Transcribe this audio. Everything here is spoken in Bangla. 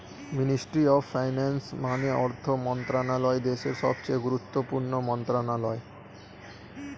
মিনিস্ট্রি অফ ফাইন্যান্স মানে অর্থ মন্ত্রণালয় দেশের সবচেয়ে গুরুত্বপূর্ণ মন্ত্রণালয়